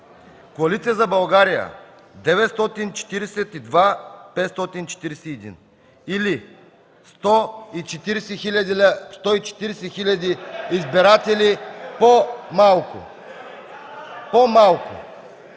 Коалиция за България – 942 541, или 140 хиляди избиратели по-малко, или